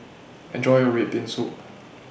Enjoy your Red Bean Soup